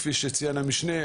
כפי שציין המשנה,